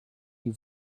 die